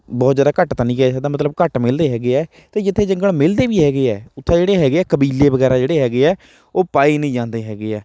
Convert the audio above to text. ਬਹੁਤ ਜ਼ਿਆਦਾ ਘੱਟ ਤਾਂ ਨਹੀਂ ਕਿਹਾ ਜਾ ਸਕਦਾ ਮਤਲਬ ਘੱਟ ਮਿਲਦੇ ਹੈਗੇ ਹੈ ਅਤੇ ਜਿੱਥੇ ਜੰਗਲ ਮਿਲਦੇ ਵੀ ਹੈਗੇ ਹੈ ਉੱਥੇ ਜਿਹੜੇ ਹੈਗੇ ਹੈ ਕਬੀਲੇ ਵਗੈਰਾ ਜਿਹੜੇ ਹੈਗੇ ਹੈ ਉਹ ਪਾਏ ਨਹੀਂ ਜਾਂਦੇ ਹੈਗੇ ਹੈ